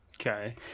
Okay